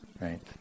right